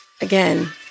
Again